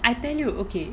I tell you okay